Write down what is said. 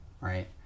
right